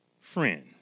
friend